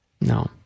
No